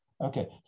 Okay